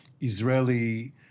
Israeli